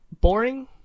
boring